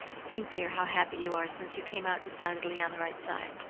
think, dear, how happy you are since you came out decidedly on the right side.